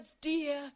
dear